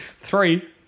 Three